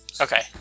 Okay